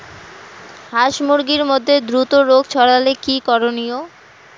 হাস মুরগির মধ্যে দ্রুত রোগ ছড়ালে কি করণীয়?